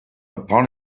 upon